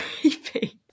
creepy